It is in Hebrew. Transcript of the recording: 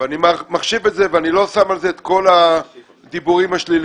אני מחשיב את זה ואני לא שם על זה את כל הדיבורים השליליים.